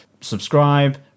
Subscribe